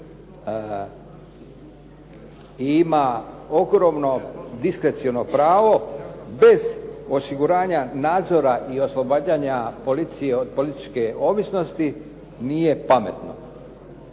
i ima ogromno diskreciono pravo bez osiguranja nadzora i oslobađanja policije od političke ovisnosti nije pametno,